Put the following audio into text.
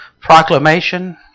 proclamation